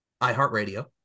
iHeartRadio